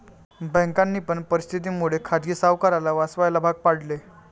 बँकांनी पण परिस्थिती मुळे खाजगी सावकाराला वाचवायला भाग पाडले